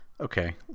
okay